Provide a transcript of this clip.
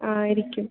ആയിരിക്കും